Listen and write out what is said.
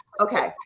Okay